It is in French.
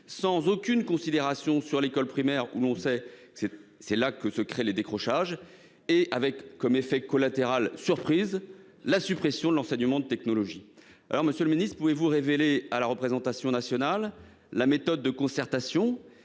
sans aucune considération pour l'école primaire, où se créent les décrochages, et avec pour effet collatéral surprise la suppression de l'enseignement de la technologie. Monsieur le ministre, pouvez-vous révéler à la représentation nationale la méthode de concertation